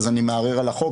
אז אני מערער על החוק,